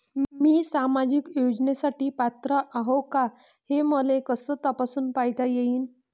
मी सामाजिक योजनेसाठी पात्र आहो का, हे मले कस तपासून पायता येईन?